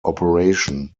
operation